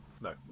No